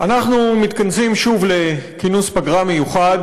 אנחנו מתכנסים שוב לכינוס פגרה מיוחד,